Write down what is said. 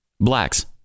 blacks